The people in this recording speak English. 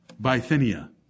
Bithynia